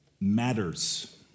matters